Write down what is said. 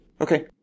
Okay